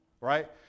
right